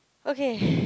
okay